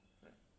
right